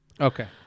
Okay